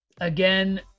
Again